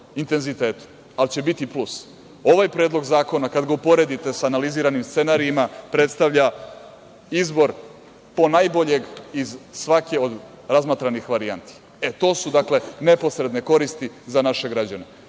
intenzitetom, ali će biti plus. Ovaj Predlog zakona, kad ga uporedite sa analiziranim scenarijima, predstavlja izbor ponajboljeg iz svake od razmatranih varijanti. To su, dakle, neposredne koristi za naše građane.